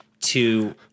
to-